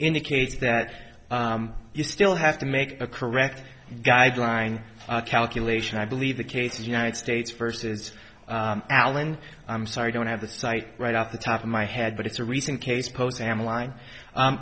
indicates that you still have to make a correct guideline calculation i believe the case is united states versus alan i'm sorry i don't have the cite right off the top of my head but it's a recent case pose hamline